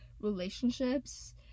relationships